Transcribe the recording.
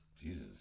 Jesus